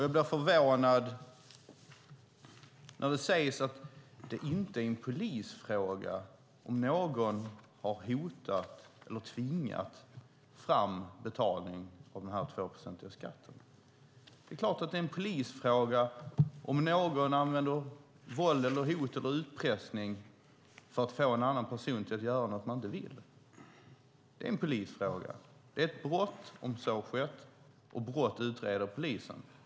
Jag blir förvånad när det sägs att det inte är en polisfråga om någon har hotat eller tvingat fram betalning av denna tvåprocentiga skatt. Det är klart att det är en polisfråga om någon använder våld, hot eller utpressning för att få en annan person att göra något som man inte vill. Det är en polisfråga. Det är ett brott om så sker, och brott utreder polisen.